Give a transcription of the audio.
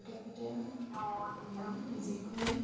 তেখেতে যিখন